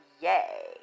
yay